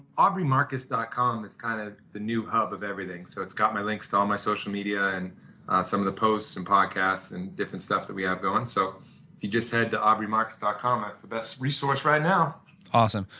aubreymarcus dot com is kind of the new hub of everything. so it's got my links to all my social media and some of the posts and podcasts, and different stuff that we've ah going. so you just head to aubreymarcus dot com. that's the best resource right now awesome.